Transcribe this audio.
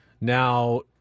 now